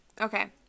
Okay